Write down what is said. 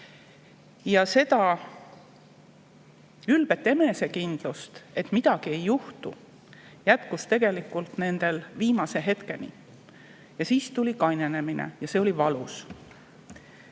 maadlema. Ülbet enesekindlust, et midagi ei juhtu, jätkus neil tegelikult viimase hetkeni. Siis tuli kainenemine ja see oli valus.